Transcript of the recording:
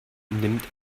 nimmt